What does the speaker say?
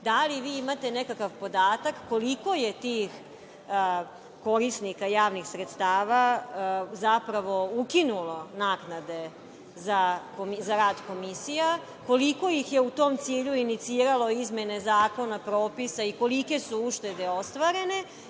da li vi imate nekakav podataka koliko je tih korisnika javnih sredstava zapravo ukinulo naknade za rad komisija, koliko ih je u tom cilju iniciralo izmene zakona, propisa i kolike su uštede ostvarene